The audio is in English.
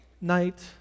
night